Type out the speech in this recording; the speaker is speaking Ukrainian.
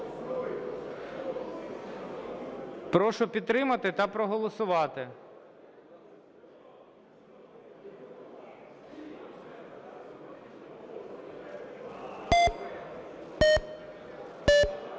Прошу підтримати та проголосувати.